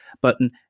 button